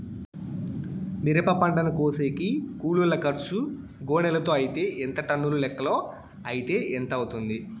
మిరప పంటను కోసేకి కూలోల్ల ఖర్చు గోనెలతో అయితే ఎంత టన్నుల లెక్కలో అయితే ఎంత అవుతుంది?